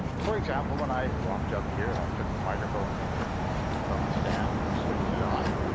for example, when i walked up here and i took the microphone from the stand and switched it on,